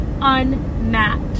unmatched